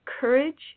courage